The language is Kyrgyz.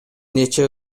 нече